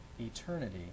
eternity